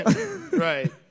Right